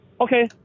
Okay